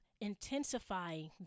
intensifying